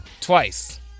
Twice